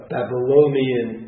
Babylonian